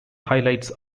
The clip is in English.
highlights